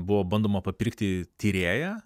buvo bandoma papirkti tyrėją